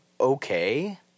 okay